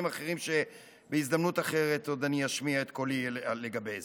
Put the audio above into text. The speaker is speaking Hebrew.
אחרים שבהזדמנות אחרת אני עוד אשמיע את קולי לגבי זה.